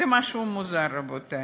זה משהו מוזר, רבותי.